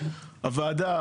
הוועדה,